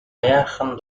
аяархан